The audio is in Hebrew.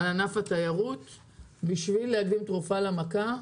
על ענף התיירות, בשביל להקדים תרופה למכה.